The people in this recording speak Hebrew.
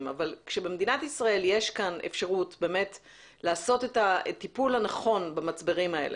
אבל כאשר במדינת ישראל יש אפשרות לעשות את הטיפול הנכון במצברים האלה,